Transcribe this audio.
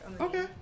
Okay